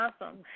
awesome